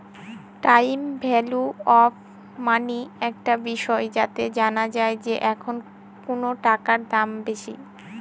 time value of money একটা বিষয় যাতে জানা যায় যে এখন কোনো টাকার দাম বেশি